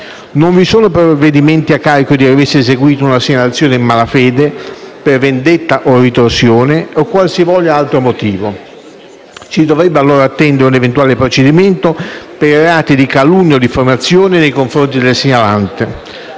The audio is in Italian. Non vi sono provvedimenti a carico di chi avesse eseguito una segnalazione in malafede, per vendetta o ritorsione, o qualsivoglia altro motivo. Si dovrebbe allora attendere un eventuale procedimento per i reati di calunnia o diffamazione nei confronti del segnalante.